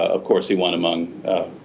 of course he won among